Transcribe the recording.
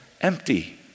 empty